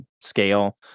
scale